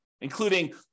including